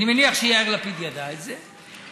אני מניח שיאיר לפיד ידע את זה,